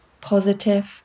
positive